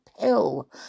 pill